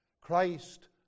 Christ